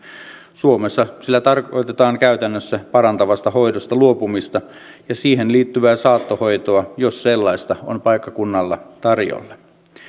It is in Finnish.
suomessa sillä tarkoitetaan käytännössä parantavasta hoidosta luopumista ja siihen liittyvää saattohoitoa jos sellaista on paikkakunnalla tarjolla